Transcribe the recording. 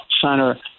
center